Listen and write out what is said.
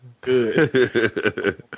Good